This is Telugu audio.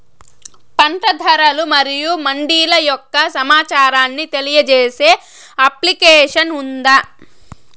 పంట ధరలు మరియు మండీల యొక్క సమాచారాన్ని తెలియజేసే అప్లికేషన్ ఉందా?